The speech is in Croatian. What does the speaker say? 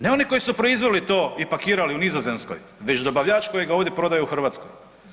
Ne oni koji su proizveli to i pakirali u Nizozemskoj već dobavljač koji ga ovdje prodaje u Hrvatskoj.